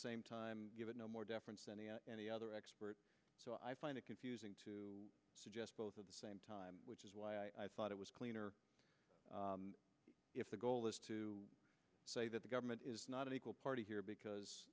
same time give it no more deference than any other expert so i find it confusing to suggest both at the same time which is why i thought it was cleaner if the goal is to say that the government is not an equal party here because